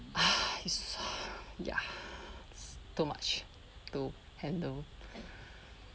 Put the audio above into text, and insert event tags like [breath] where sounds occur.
[breath] ya [breath] too much to handle